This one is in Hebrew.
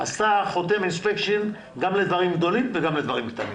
את החותם אינספקשן גם לדברים גדולים וגם לדברים קטנים.